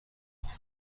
تمومش